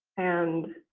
and